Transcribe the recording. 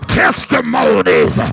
testimonies